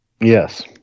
Yes